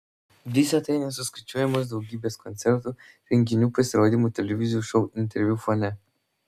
visa tai nesuskaičiuojamos daugybės koncertų renginių pasirodymų televizijų šou interviu fone